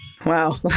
Wow